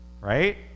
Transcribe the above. right